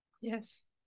yes